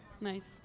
Nice